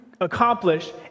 accomplish